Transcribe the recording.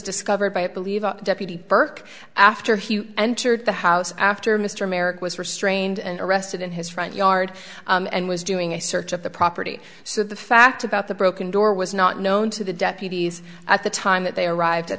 discovered by i believe deputy burke after he entered the house after mr merrick was restrained and arrested in his front yard and was doing a search of the property so the fact about the broken door was not known to the deputies at the time that they arrived at